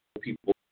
people